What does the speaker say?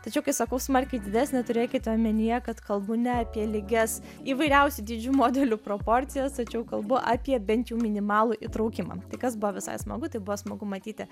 tačiau kai sakau smarkiai didesnė turėkite omenyje kad kalbu ne apie lygias įvairiausių dydžių modelių proporcijas tačiau kalbu apie bent jau minimalų įtraukimą kas buvo visai smagu tai buvo smagu matyti